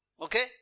Okay